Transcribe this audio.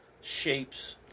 shapes